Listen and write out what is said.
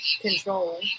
control